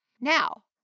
Now